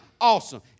awesome